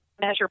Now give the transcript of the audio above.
measure